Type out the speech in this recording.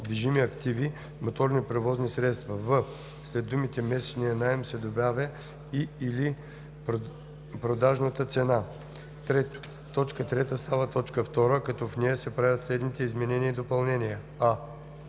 в) след думите „месечният наем“ се добавя „и/или продажната цена“. 3. Точка 3 става т. 2, като в нея се правят следните изменения и допълнения: а)